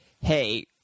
hey